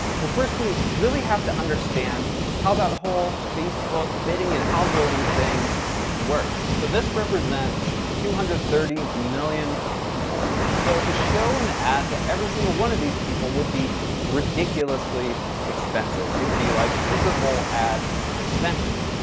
well, first, we really have to understand how that whole facebook bidding an algorithm thing works. so this represents two hundred and thirty million people. so to show an ad to every single one of these people would be ridiculously expensive. it would be like super bowl ad expensive.